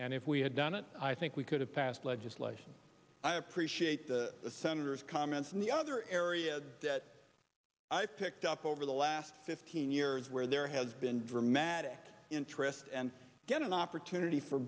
and if we had done it i think we could have passed legislation i appreciate the senator's comments in the other areas that i picked up over the last fifteen years where there has been dramatic interest and get an opportunity for